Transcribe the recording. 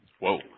Whoa